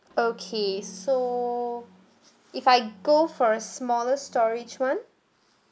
okay so if I go for a smaller storage [one]